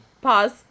pause